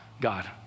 God